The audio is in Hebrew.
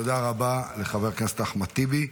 תודה רבה לחבר הכנסת אחמד טיבי.